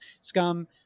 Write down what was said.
Scum